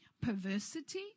perversity